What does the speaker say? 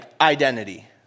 identity